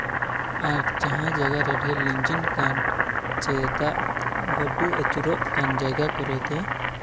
ᱟᱨ ᱡᱟᱦᱟᱸ ᱡᱟᱭᱜᱟ ᱨᱮ ᱰᱷᱮᱨ ᱞᱤᱸᱜᱤᱱ ᱠᱟᱱ ᱥᱮ ᱫᱟᱜ ᱵᱟᱹᱨᱰᱩ ᱟᱹᱪᱩᱨᱚᱜ ᱠᱟᱱ ᱡᱟᱭᱜᱟ ᱠᱚᱨᱮᱫ ᱫᱚ